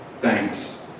thanks